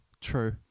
True